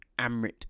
Amrit